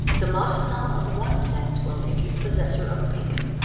the modest sum of one cent will make you the possessor of a pink un.